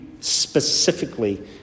specifically